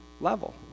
level